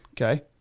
Okay